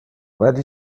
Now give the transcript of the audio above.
ولی